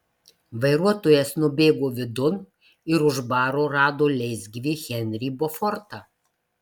vairuotojas nubėgo vidun ir už baro rado leisgyvį henrį bofortą